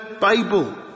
Bible